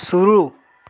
शुरू